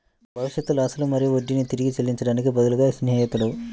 భవిష్యత్తులో అసలు మరియు వడ్డీని తిరిగి చెల్లించడానికి బదులుగా స్నేహితుడు